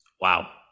Wow